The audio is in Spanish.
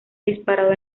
disparado